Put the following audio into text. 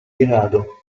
grado